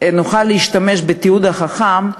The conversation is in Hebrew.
נוכל להשתמש בתיעוד החכם.